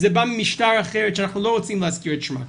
זה בא ממשטר אחר שאנחנו לא רוצים להזכיר את שמו כאן.